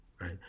right